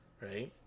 Right